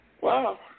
Wow